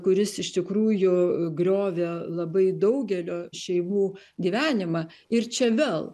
kuris iš tikrųjų griovė labai daugelio šeimų gyvenimą ir čia vėl